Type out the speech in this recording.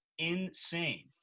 Insane